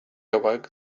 awoke